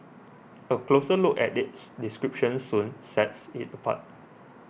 a closer look at its description soon sets it apart